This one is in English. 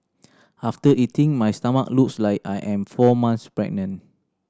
after eating my stomach looks like I am four months pregnant